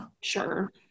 Sure